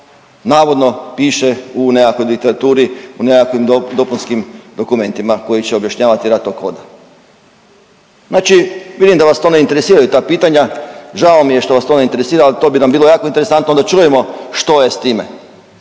navodno piše u nekakvoj literaturi u nekakvim dopunskim dokumentima koji će objašnjavati rad tog koda? Znači vidim da vas to ne interesiraju ta pitanja. Žao mi je što vas to ne interesira, ali to bi nam bilo jako interesantno da čujemo što je s time